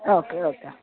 okay okay ആ